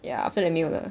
ya after then 没有了